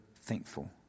thankful